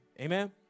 Amen